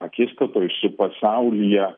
akistatoj su pasaulyje